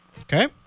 Okay